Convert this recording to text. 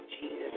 Jesus